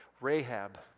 Rahab